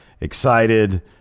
excited